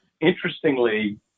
interestingly